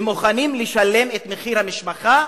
הם מוכנים לשלם את מחיר המשפחה,